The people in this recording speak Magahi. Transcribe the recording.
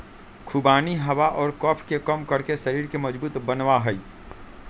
खुबानी हवा और कफ के कम करके शरीर के मजबूत बनवा हई